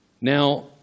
Now